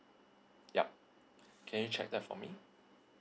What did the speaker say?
yup can you check that for me